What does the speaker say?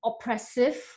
oppressive